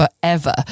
forever